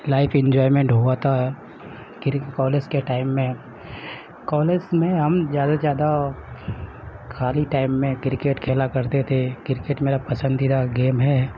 life enjoyment ہوا تھا کر کالز کے ٹائم میں کالج میں ہم زیادہ سے زیادہ خالی ٹائم میں کرکٹ کھیلا کرتے تھے کرکٹ میرا پسندیدہ گیم ہے